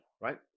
right